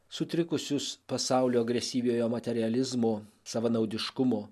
sutrikusius pasaulio agresyviojo materializmo savanaudiškumo